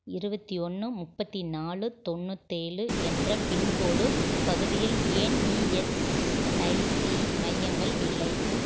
இருபத்தி ஒன்று முப்பத்தி நாலு தொண்ணூத்தேழு என்ற பின்கோடு பகுதியில் ஏன் இஎஸ்ஐசி மையங்கள் இல்லை